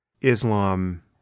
Islam